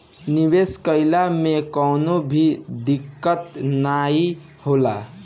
निवेश कइला मे कवनो भी दिक्कत नाइ होला